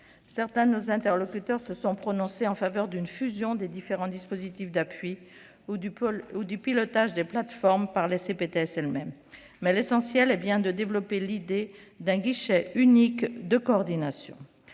Certains de nos interlocuteurs se sont prononcés en faveur d'une fusion des différents dispositifs d'appui ou du pilotage des plateformes par les CPTS elles-mêmes. Mais l'essentiel est bien de développer l'idée d'un guichet unique de coordination.